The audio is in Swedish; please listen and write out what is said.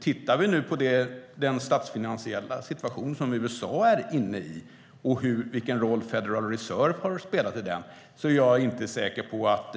Om vi tittar på den statsfinansiella situation som USA befinner sig i och vilken roll Federal Reserve har spelat är jag inte säker på att